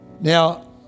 Now